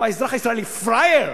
מה, האזרח הישראלי פראייר?